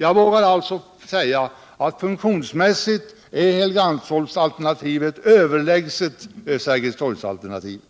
Jag vågar säga att funktionsmässigt är Helgeandsholmsalternativet överlägset Sergelstorgsalternativet.